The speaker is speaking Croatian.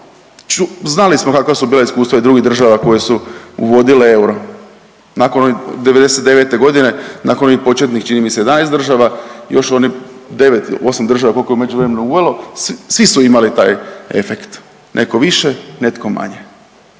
znali smo kakva su bila iskustva i drugih država koje su uvodile euro, nakon one '99.g., nakon onih početnih čini mi se 11 država, još onih 9, 8 država koliko je u međuvremenu uvelo, svi su imali taj efekt, neko više, netko manje,